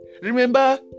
Remember